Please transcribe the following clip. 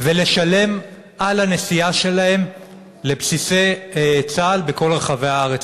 ולשלם על הנסיעה לבסיסי צה"ל, בכל רחבי הארץ.